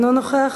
אינו נוכח,